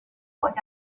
国家公园